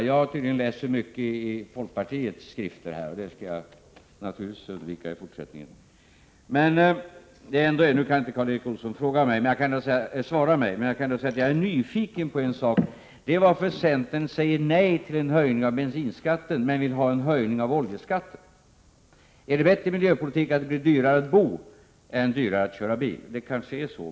Jag har tydligen läst för mycket i folkpartiets skrifter. Det skall jag naturligtvis undvika i fortsättningen. Nu har inte Karl Erik Olsson tillfälle att svara mig här, men jag kan ändå säga att jag är nyfiken på varför centern säger nej till en höjning av bensinskatten, men vill ha en höjning av oljeskatten. Är det bättre miljöpolitik att det blir dyrare att bo än att det blir dyrare att köra bil? Det kanske är så.